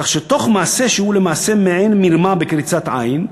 כך שתוך מעשה שהוא למעשה מעין מרמה בקריצת עין,